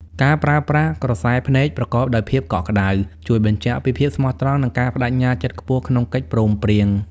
ការប្រើប្រាស់ "ក្រសែភ្នែក" ប្រកបដោយភាពកក់ក្ដៅ ជួយបញ្ជាក់ពីភាពស្មោះត្រង់ និងការប្ដេជ្ញាចិត្តខ្ពស់ក្នុងកិច្ចព្រមព្រៀង។